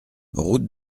route